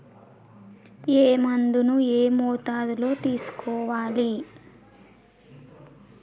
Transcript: ఏ మందును ఏ మోతాదులో తీసుకోవాలి?